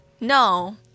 no